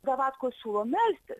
davatkos siūlo melstis